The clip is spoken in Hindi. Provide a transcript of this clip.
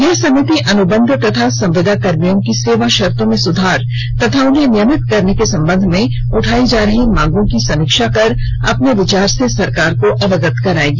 यह समिति अनुबंध अथवा संविदाकर्मियों की सेवा शर्तो में सुधार तथा उन्हें नियमित करने के संबंध में उठाई जा रही मांग की समीक्षा कर अपने विचारों से सरकार को अवगत कराएगी